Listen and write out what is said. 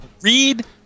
read